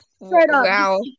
Wow